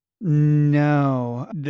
No